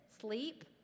sleep